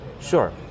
Sure